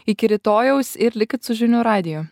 iki rytojaus ir likit su žinių radiju